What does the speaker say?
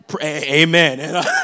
Amen